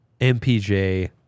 MPJ